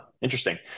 interesting